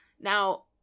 now